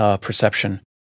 perception